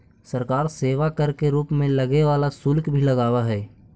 सरकार सेवा कर के रूप में लगे वाला शुल्क भी लगावऽ हई